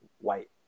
white